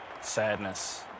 sadness